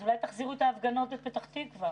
אז אולי תחזירו את ההפגנות בפתח תקווה